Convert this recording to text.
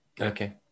Okay